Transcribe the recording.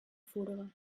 furga